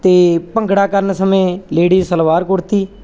ਅਤੇ ਭੰਗੜਾ ਕਰਨ ਸਮੇਂ ਲੇਡੀਜ਼ ਸਲਵਾਰ ਕੁੜਤੀ